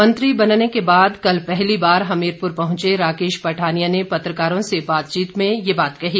मंत्री बनने के बाद कल पहली बार हमीरपुर पहुंचे राकेश पठानिया ने पत्रकारों से बातचीत में ये बात कही